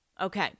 Okay